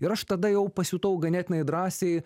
ir aš tada jau pasijutau ganėtinai drąsiai